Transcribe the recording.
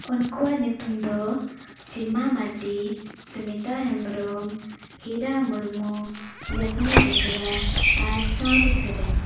ᱩᱱᱠᱩᱣᱟᱜ ᱧᱩᱛᱩᱢ ᱫᱚ ᱥᱤᱢᱟ ᱢᱟᱨᱰᱤ ᱥᱩᱱᱤᱛᱟ ᱦᱮᱢᱵᱨᱚᱢ ᱦᱤᱨᱟ ᱢᱩᱨᱢᱩ ᱡᱟᱹᱥᱢᱤ ᱵᱮᱥᱨᱟ ᱟᱨ ᱥᱟᱣᱨᱤ ᱥᱚᱨᱮᱱ